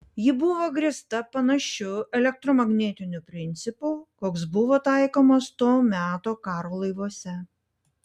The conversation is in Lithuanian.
ji buvo grįsta panašiu elektromagnetiniu principu koks buvo taikomas to meto karo laivuose